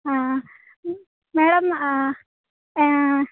ആ മേഡം